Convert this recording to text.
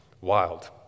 wild